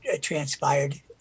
transpired